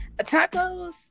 tacos